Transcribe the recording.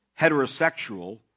heterosexual